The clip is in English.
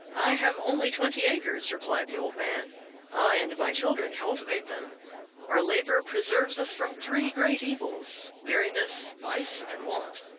i have only twenty acres, replied the old man i and my children cultivate them our labour preserves us from three great evils weariness, vice, and want.